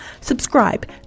Subscribe